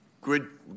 good